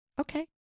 Okay